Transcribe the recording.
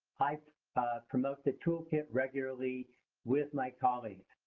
i promote the toolkit regularly with my colleagues.